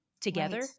together